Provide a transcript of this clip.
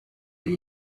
they